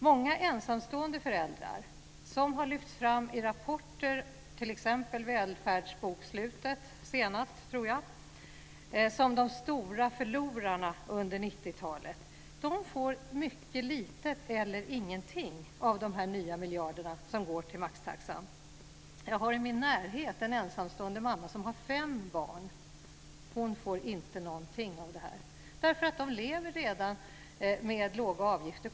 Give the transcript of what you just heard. Många ensamstående föräldrar - dessa har ju lyfts fram i rapporter, senast t.ex. i Välfärdsbokslutet, som de stora förlorarna under 90-talet - får mycket lite eller ingenting av de nya miljarder som går till maxtaxan. Jag har i min närhet en ensamstående mamma som har fem barn. Hon får inte någonting av det här. De lever redan med låga avgifter.